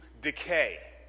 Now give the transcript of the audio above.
decay